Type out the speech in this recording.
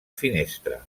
finestra